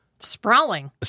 sprawling